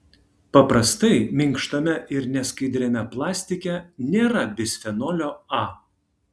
paprastai minkštame ir neskaidriame plastike nėra bisfenolio a